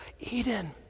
Eden